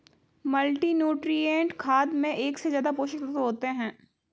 multinutrient खाद में एक से ज्यादा पोषक तत्त्व होते है